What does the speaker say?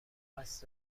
قصد